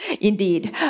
Indeed